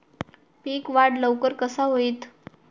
पीक वाढ लवकर कसा होईत?